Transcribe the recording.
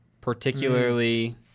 particularly